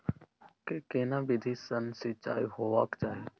के केना विधी सॅ सिंचाई होबाक चाही?